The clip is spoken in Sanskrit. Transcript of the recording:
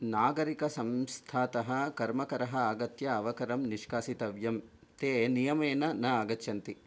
नागरिकसंस्थातः कर्मकरः आगत्य अवकरं निष्कासितव्यं ते नियमेन न आगच्छन्ति